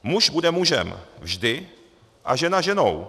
Muž bude mužem vždy a žena ženou.